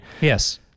Yes